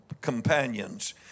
Companions